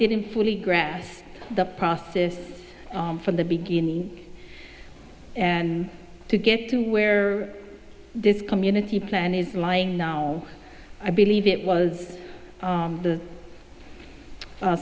didn't fully grasp the process from the beginning and to get to where this community plan is lying now i believe it was the